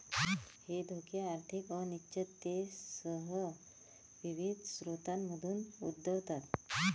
हे धोके आर्थिक अनिश्चिततेसह विविध स्रोतांमधून उद्भवतात